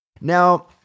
Now